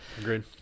agreed